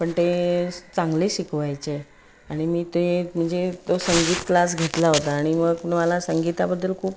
पण ते चांगले शिकवायचे आणि मी ते म्हणजे तो संगीत क्लास घेतला होता आणि मग मला संगीताबद्दल खूप